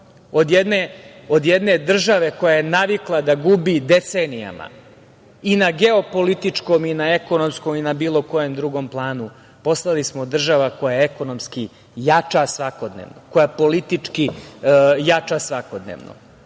od jedne države koja je navikla da gubi decenijama i na geopolitičkom i na ekonomskom, i na bilo kojem drugom planu, postali smo država koja ekonomski jača svakodnevno, koja politički jača svakodnevno,